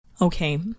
Okay